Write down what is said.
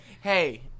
Hey